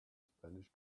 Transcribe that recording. spanish